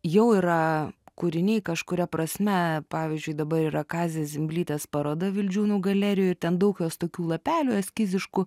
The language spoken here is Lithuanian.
jau yra kūriniai kažkuria prasme pavyzdžiui dabar yra kazės zimblytės paroda vildžiūnų galerijoj ir ten daug jos tokių lapelių eskiziškų